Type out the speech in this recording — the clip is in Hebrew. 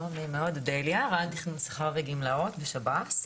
אני רע"ן תכנון שכר וגמלאות בשב"ס.